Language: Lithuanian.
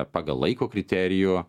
pagal laiko kriterijų